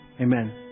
amen